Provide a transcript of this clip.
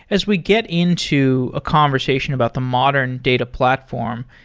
as we get into a conversation about the modern data platform,